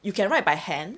you can write by hand